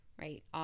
right